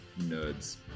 nerds